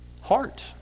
heart